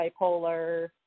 bipolar